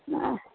नहि